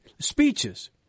speeches